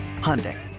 Hyundai